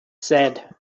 said